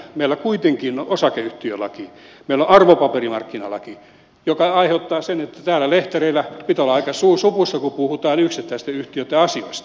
meillä kuitenkin on osakeyhtiölaki meillä on arvopaperimarkkinalaki joka aiheuttaa sen että täällä lehtereillä pitää olla aika suu supussa kun puhutaan yksittäisten yhtiöitten asioista